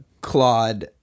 Claude